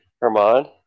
Herman